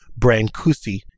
Brancusi